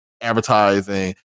advertising